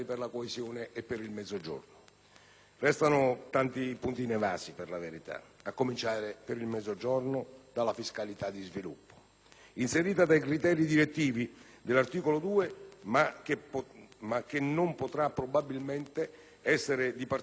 restano tanti punti inevasi, a cominciare, per il Mezzogiorno, dalla fiscalità di sviluppo, inserita tra i criteri direttivi dell'articolo 2, che però probabilmente non potrà essere di particolare ausilio per le Regioni più deboli,